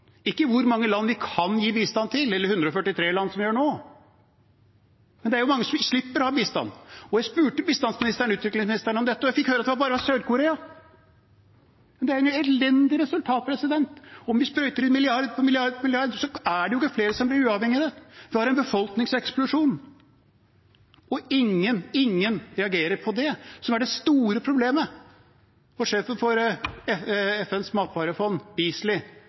ikke hvor mange land vi kan gi bistand til – eller 143 land, som vi gjør nå. Det er mange som vil slippe å ha bistand. Jeg spurte utviklingsministeren om dette, og jeg fikk høre at det bare var Sør-Korea som er blitt uavhengig. Det er jo et elendig resultat. Om vi sprøyter inn milliard på milliard, er det ikke flere som blir uavhengig av det. Man har en befolkningseksplosjon, og ingen, ingen reagerer på det, som er det store problemet. Sjefen for FNs matvarefond,